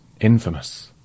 infamous